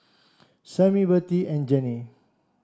Samie Bertie and Jenni